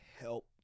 help